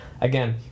Again